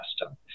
custom